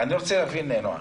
אני רוצה להבין, נעה.